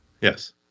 Yes